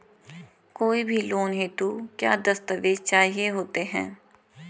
कोई भी लोन हेतु क्या दस्तावेज़ चाहिए होते हैं?